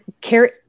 care